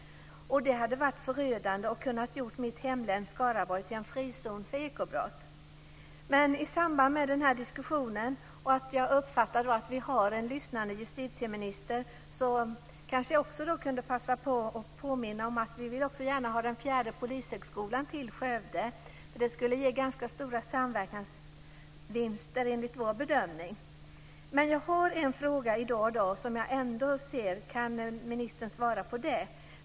Det hade varit förödande, och det hade kunnat göra mitt hemlän Skaraborg till en frizon för ekobrott. I samband med den här diskussionen - och jag uppfattar att vi har lyssnande justitieminister - kan jag kanske passa på att påminna om att vi också gärna vill ha den fjärde polishögskolan till Skövde. Det skulle ge ganska stora samverkansvinster enligt vår bedömning. Jag har en fråga i dag som jag undrar om ministern kan svara på.